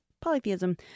polytheism